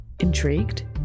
intrigued